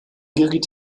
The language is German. geriet